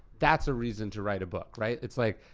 that's a reason to write a book, right? it's like,